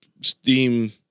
Steam